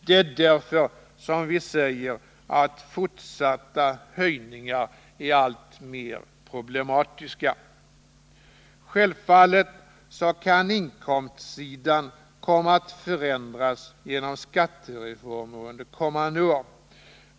Det är därför som vi säger att ”fortsatta höjningar är alltmer problematiska”. Självfallet kan inkomstsidan komma att förändras genom skattereformer under kommande år.